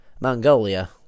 Mongolia